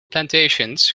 plantations